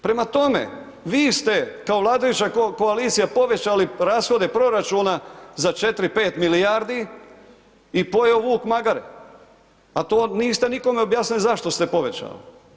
Prema tome, vi ste, kao vladajuća koalicija, povećali rashode proračuna za 4,5 milijardi i pojeo vuk magare, a to niste nikome objasnili zašto se povećali.